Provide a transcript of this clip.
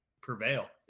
prevail